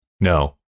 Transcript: No